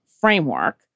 framework